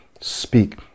speak